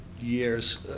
years